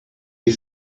you